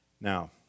Now